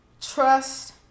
trust